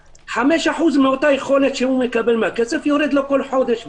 5% מאותה יכולת שהוא מקבל את הכסף יורדת לו בכל חודש,